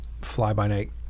fly-by-night